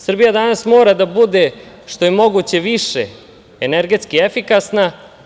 Srbija danas mora da bude što je moguće više energetski efikasna.